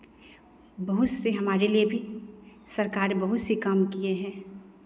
बहुत से हमारे लिए भी सरकार बहुत से काम किये हैं